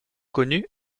connu